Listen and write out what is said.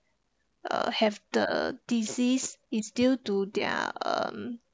uh have the disease it's due to their um